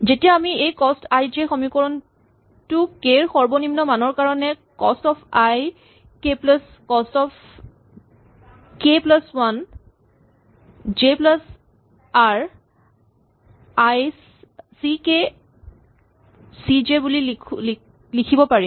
তেতিয়া আমি এই কস্ত আই জে সমীকৰণটো কে ৰ সৰ্বনিম্ন মানৰ কাৰণে cost of I K plus cost of K plus one J plus R I C K C J বুলি লিখিব পাৰিম